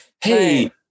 Hey